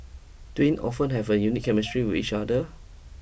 twin often have a unique chemistry with each other